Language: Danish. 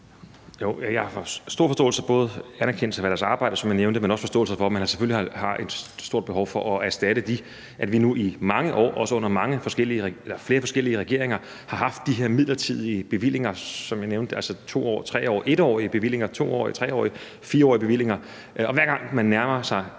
jeg nærer, som jeg nævnte, både anerkendelse for deres arbejde, men har selvfølgelig også forståelse for, at man har et stort behov for at erstatte det, at vi nu i mange år, også under flere forskellige regeringer, har haft de her midlertidige bevillinger, som jeg nævnte, altså 1-årige, 2-årige, 3-årige, 4-årige bevillinger, og man, hver gang man nærmer sig